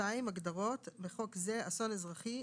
הגדרות 2. בחוק זה "אסון אזרחי"